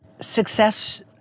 success